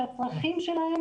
שהצרכים שלהם,